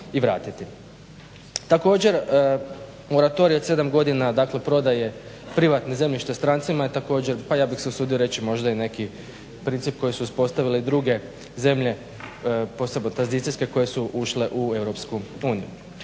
Također moratorij od 7 godina dakle prodaje privatnih zemljišta strancima je također pa ja bih se usudio reći možda i neki princip koje su uspostavile i druge zemlje posebno tranzicijske koje su ušle u EU.